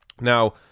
Now